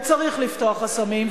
וצריך לפתוח חסמים,